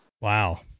Wow